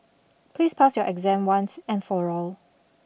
please pass your exam once and for all